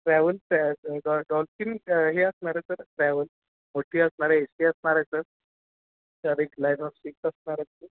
ट्रॅव्हल्सॅ आहे ड डॉल्फिन हे असणार आहे सर ट्रॅव्हल्स मोठी असणार आहे ए सी असणार आहे सर सर एक लाईन ऑफ सीट असणार आहे सर